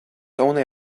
only